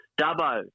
Dubbo